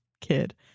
kid